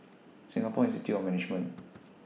Singapore Institute of Management